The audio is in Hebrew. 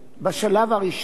בשלב הראשון,